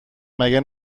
مگه